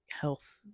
health